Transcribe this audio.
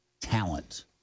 talent